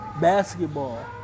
basketball